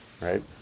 right